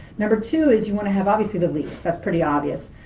number two is you want to have, obviously, the lease, that's pretty obvious.